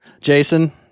Jason